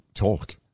Talk